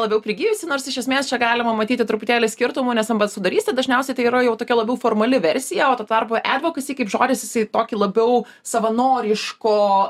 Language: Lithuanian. labiau prigijusi nors iš esmės čia galima matyti truputėlį skirtumų nes ambasadurystė dažniausiai tai yra jau tokia labiau formali versija o tuo tarpu edvokusi kaip žodis jisai į tokį labiau savanoriško